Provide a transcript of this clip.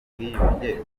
ubwiyunge